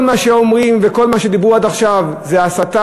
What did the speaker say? כל מה שאומרים, וכל מה שדיברו עד עכשיו, זה הסתה,